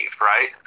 right